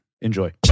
enjoy